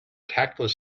tactless